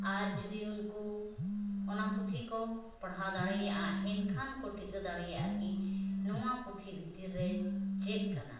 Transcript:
ᱟᱨ ᱡᱩᱫᱤ ᱩᱱᱠᱩ ᱚᱱᱟ ᱯᱩᱛᱷᱤ ᱠᱚ ᱯᱟᱲᱦᱟᱣ ᱫᱟᱲᱮᱭᱟᱜᱼᱟ ᱮᱱᱠᱷᱟᱱ ᱠᱚ ᱴᱷᱤᱠᱟᱹ ᱫᱟᱲᱮᱭᱟᱜᱼᱟ ᱠᱤ ᱱᱚᱣᱟ ᱯᱩᱛᱷᱤ ᱵᱷᱤᱛᱤᱨ ᱨᱮ ᱪᱮᱫ ᱠᱟᱱᱟ